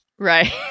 Right